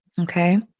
Okay